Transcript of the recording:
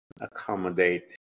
accommodate